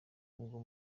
ubwo